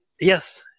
Yes